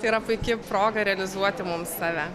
tai yra puiki proga realizuoti mums save